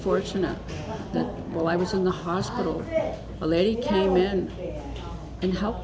fortunate that while i was in the hospital a lady came in and help